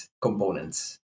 components